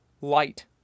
light